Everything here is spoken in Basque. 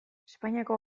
espainiako